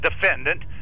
defendant